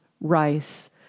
rice